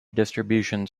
distributions